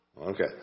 Okay